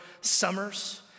summers